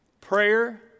prayer